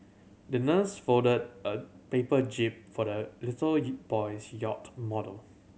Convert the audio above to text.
the nurse folded a paper jib for the little boy's yacht model